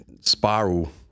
spiral